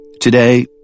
Today